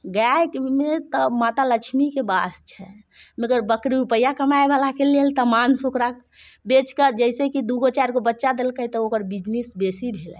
गायमे तऽ माता लक्ष्मीके वास छै मगर बकरी रुपैआ कमायवलाके लेल तऽ मांस ओकरा बेचि कऽ जाहिसँ कि दू गो चारि गो बच्चा देलकै तऽ ओकर बिजनेस बेसी भेलै